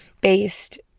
based